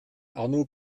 arno